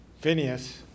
Phineas